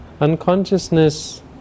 Unconsciousness